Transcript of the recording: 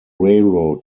railroad